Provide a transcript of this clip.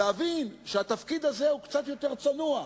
להבין שהתפקיד הזה הוא קצת יותר צנוע.